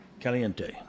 Caliente